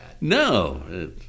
No